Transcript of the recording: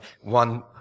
One